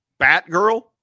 Batgirl